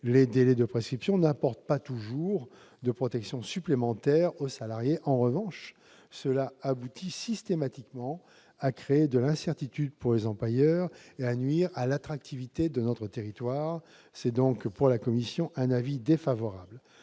les délais de prescription n'apporte pas toujours de protection supplémentaire aux salariés. En revanche, cela aboutit systématiquement à créer de l'incertitude pour les employeurs et à nuire à l'attractivité de notre territoire. La commission émet donc un avis défavorable